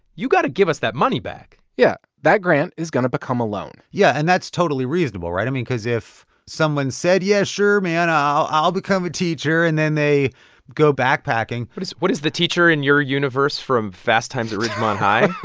you got to give us that money back yeah, that grant is going to become a loan yeah, and that's totally reasonable, right? i mean, because if someone said, yeah, sure, man, i'll i'll become a teacher, and then they go backpacking. but what is the teacher in your universe from fast times at ridgemont high?